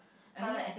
but like